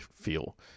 feel